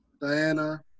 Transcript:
Diana